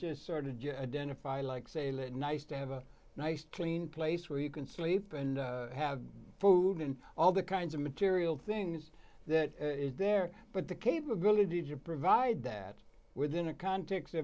let nice to have a nice clean place where you can sleep and have food and all the kinds of material things that is there but the capability to provide that within a context